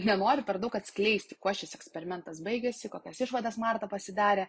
nenoriu per daug atskleisti kuo šis eksperimentas baigėsi kokias išvadas marta pasidarė